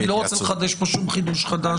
אני לא רוצה לחדש כאן שום חידוש חדש.